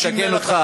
אני מתקן אותך,